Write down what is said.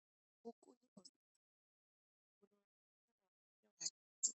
Hii haiskiki kabisa. Sauti iko chini sana. Ikiwa